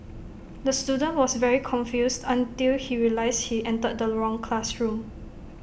the student was very confused until he realised he entered the wrong classroom